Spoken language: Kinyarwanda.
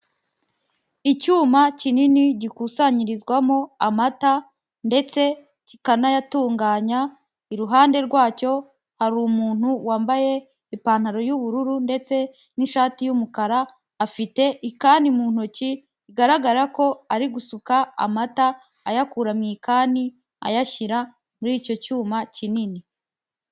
Icyuma kinini gikusanyirizwamo amata ndetse kikanayatunganya, iruhande rwacyo hari umuntu wambaye ipantaro y'ubururu ndetse n'ishati y'umukara, afite ikani mu ntoki bigaragara ko ari gusuka amata ayakura mu ikani ayashyira muri icyo cyuma kinini.